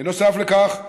בנוסף לכך,